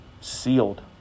Sealed